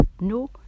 No